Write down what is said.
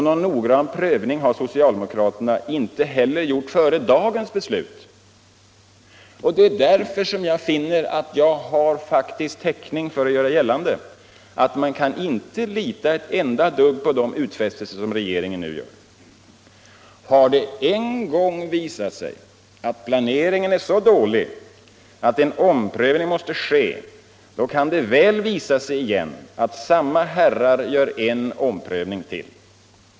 Någon noggrann prövning har socialdemokraterna inte heller gjort före dagens beslut, och det är därför som jag finner att jag faktiskt har täckning för att göra gällande att man inte kan lita ett enda dugg på de utfästelser som regeringen nu gör. Har det en gång visat sig att planeringen är så dålig att en omprövning måste ske, då kan det väl visa sig igen att samma herrar gör en omprövning till.